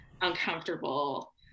uncomfortable